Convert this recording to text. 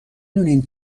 دونین